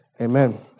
Amen